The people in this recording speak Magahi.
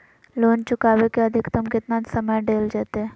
लोन चुकाबे के अधिकतम केतना समय डेल जयते?